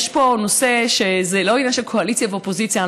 יש פה נושא שהוא לא עניין של קואליציה ואופוזיציה.